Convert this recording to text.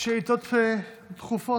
בשאילתות דחופות.